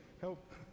help